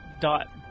dot